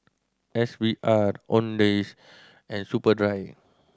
S V R Owndays and Superdry